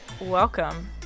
welcome